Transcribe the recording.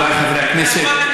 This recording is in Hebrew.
חבריי חברי הכנסת.